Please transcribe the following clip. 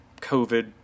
COVID